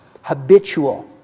habitual